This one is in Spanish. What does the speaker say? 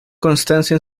constancia